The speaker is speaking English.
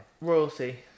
Royalty